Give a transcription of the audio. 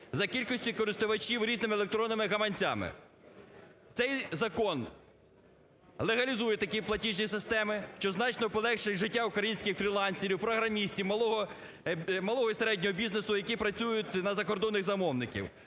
за кількістю користувачів різними електронними гаманцями. Цей закон легалізує такі платіжні системи, що значно полегшить життя українських фрилансерів, програмістів малого і середнього бізнесу, які працюють на закордонних замовників.